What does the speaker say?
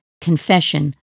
Confession